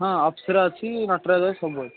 ହଁ ଅପ୍ସରା ଅଛି ନଟରାଜ୍ ଅଛି ସବୁ ଅଛି